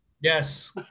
Yes